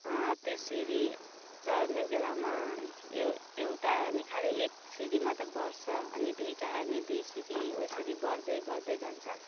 त्यो सिडी चढ्ने बेलामा है एउ एउटा आयो भने खाली एक सिडी मात्रै बढ्छ अनि दुईटा आयो भने दुई सिडी हो यसरी बढ्दै बढ्दै जान्छ